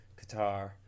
Qatar